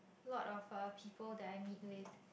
lot of a people that I meet with